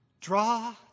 Draw